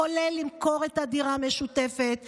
כולל למכור את הדירה המשותפת,